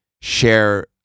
share